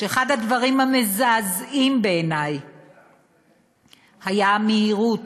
שאחד הדברים המזעזעים בעיני היה המהירות